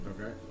Okay